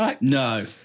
no